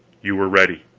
you were ready.